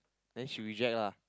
then she reject lah